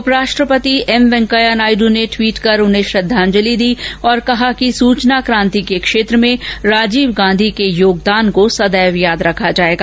उपराष्ट्रपति एम वेंकैया नायडू ने ट्वीट कर उन्हें श्रद्धांजलि दी और कहा कि सूचना क्रांति के क्षेत्र में राजीव गांधी के योगदान को सदैव याद रखा जाएगा